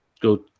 go